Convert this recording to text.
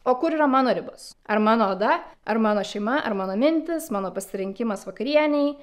o kur yra mano ribas ar mano oda ar mano šeima ar mano mintys mano pasirinkimas vakarienei